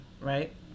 right